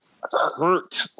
hurt